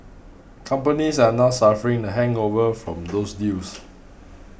companies are now suffering the hangover from those deals